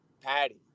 Patty